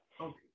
Okay